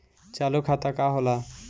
चालू खाता का होला?